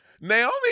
naomi